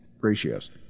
ratios